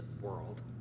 world